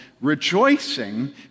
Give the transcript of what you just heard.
rejoicing